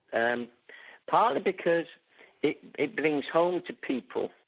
and partly because it it brings home to people